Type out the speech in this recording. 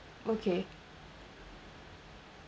okay